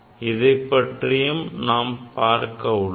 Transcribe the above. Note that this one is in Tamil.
இதை பற்றியும் நாம் பார்க்க உள்ளோம்